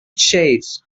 shades